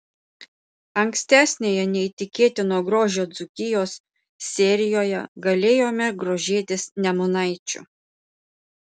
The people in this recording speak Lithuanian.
ankstesnėje neįtikėtino grožio dzūkijos serijoje galėjome grožėtis nemunaičiu